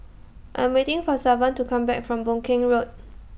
I'm waiting For Savon to Come Back from Boon Keng Road